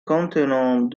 contenant